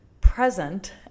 present